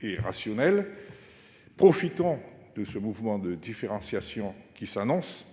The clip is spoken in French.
et rationnelle et profitons du mouvement de différenciation qui s'annonce